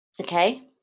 Okay